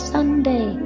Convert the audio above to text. Sunday